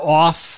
off